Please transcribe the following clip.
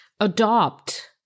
adopt